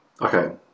okay